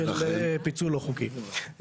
של פיצול לא חוקי.